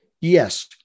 Yes